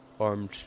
armed